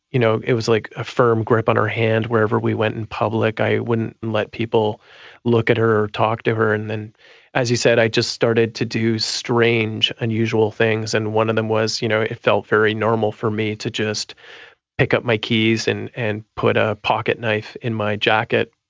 you know it was like a firm grip on her hand wherever we went in public. i wouldn't let people look at her or talk to her and and, as you said, i just started to do strange, unusual things, and one of them was, you know, it felt very normal for me to just pick up my keys and and put a pocket-knife in my jacket,